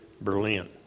Berlin